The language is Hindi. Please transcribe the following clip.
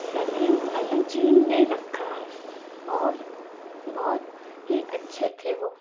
सलीम अली जी ने रखा है और बहुत ही अच्छे थे वो